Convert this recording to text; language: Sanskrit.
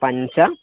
पञ्च